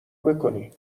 بکنی